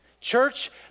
Church